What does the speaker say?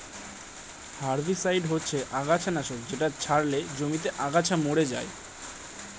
herbicide হচ্ছে আগাছা নাশক যেটা ছড়ালে জমিতে আগাছা মরে যায়